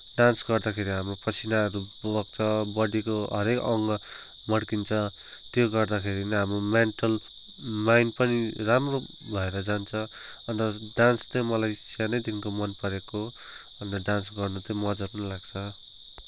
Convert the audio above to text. dance गर्दाखेरि हाम्रो पसिनाहरू बग्छ बडीको हरेक अङ्ग मड्किन्छ त्यो गर्दाखेरि पनि अब मेन्टल माइन्ड पनि राम्रो भएर जान्छ अन्त डान्स चाहिँ मलाई सानैदेखि मन परेको हो अन्त डान्स गर्न चाहिँ मजा पनि लाग्छ